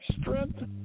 strength